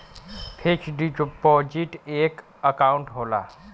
fix deposit एक account होला